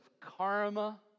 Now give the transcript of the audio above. karma